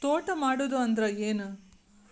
ತೋಟ ಮಾಡುದು ಅಂದ್ರ ಏನ್?